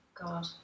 god